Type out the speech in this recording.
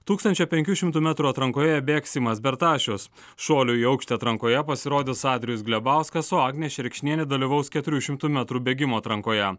tūkstančio penkių šimtų metrų atrankoje bėgs simas bertašius šuolių į aukštį atrankoje pasirodys adrijus glebauskas o agnė šerkšnienė dalyvaus keturių šimtų metrų bėgimo atrankoje